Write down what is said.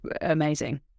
amazing